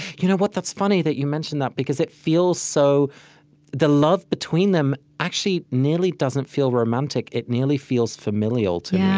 you know what? that's funny, that you mention that, because it feels so the love between them actually nearly doesn't feel romantic. romantic. it nearly feels familial, to yeah